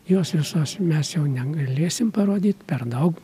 jos visos mes jau negalėsim parodyt per daug